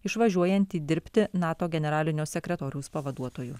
išvažiuojantį dirbti nato generalinio sekretoriaus pavaduotoju